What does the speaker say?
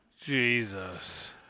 Jesus